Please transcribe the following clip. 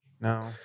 No